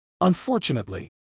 Unfortunately